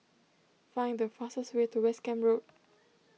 find the fastest way to West Camp Road